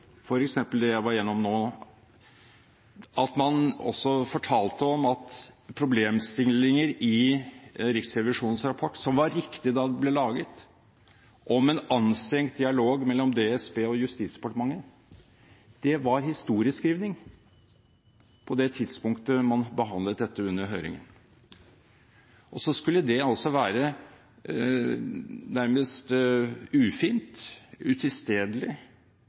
f.eks. det jeg var igjennom nå, og fortalte om problemstillinger i Riksrevisjonens rapport, som var riktige da den ble laget, om en anstrengt dialog mellom DSB og Justisdepartementet: Det var historieskriving på det tidspunktet man behandlet dette under høringen, og så skulle det altså være nærmest ufint, utilstedelig,